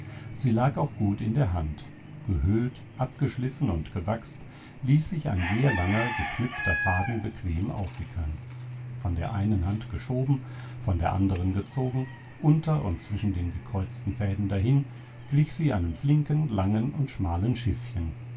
sie lag auch gut in der hand gehöhlt abgeschliffen und gewachst ließ sich ein sehr langer geknüpfter faden bequem aufwickeln von der einen hand geschoben von der anderen gezogen unter und zwischen den gekreuzten fäden dahin glich sie einem flinken langen und schmalen schiffchen